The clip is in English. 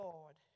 Lord